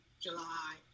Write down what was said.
July